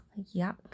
yuck